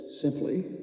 simply